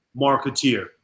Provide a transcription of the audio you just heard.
marketeer